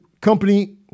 company